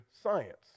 science